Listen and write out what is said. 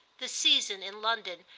the season, in london,